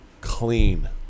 clean